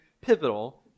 pivotal